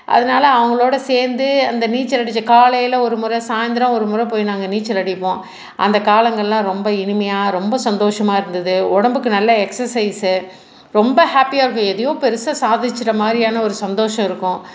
அதனால அவங்களோட சேர்ந்து அந்த நீச்சல் அடிச்ச காலையில் ஒரு முறை சாயந்தரம் ஒரு முறை போய் நாங்கள் நீச்சல் அடிப்போம் அந்த காலங்கள்லாம் ரொம்ப இனிமையாக ரொம்ப சந்தோஷமாக இருந்தது உடம்புக்கு நல்ல எக்ஸசைஸ் ரொம்ப ஹாப்பியாக இருக்கும் எதையோ பெருசாக சாதிச்சிட்ட மாதிரியான ஒரு சந்தோஷம் இருக்கும்